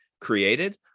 created